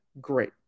great